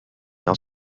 not